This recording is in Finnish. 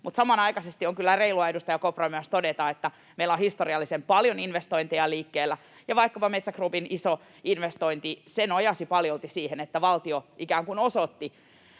mutta samanaikaisesti on kyllä reilua, edustaja Kopra, myös todeta, että meillä on historiallisen paljon investointeja liikkeellä. Vaikkapa Metsä Groupin iso investointi nojasi paljolti siihen, että valtio ikään kuin osoitti